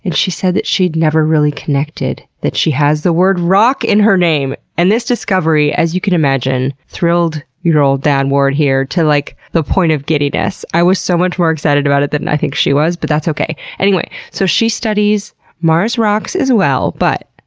and she said that she'd never really connected that she has the word rock in her name! and this discovery, as you can imagine, thrilled your ole dad ward here to like the point of giddiness. i was so much more excited about it than i think she was, but that's ok. anyway, so she studies mars rocks as well, but,